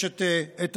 יש את רח"ל,